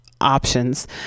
options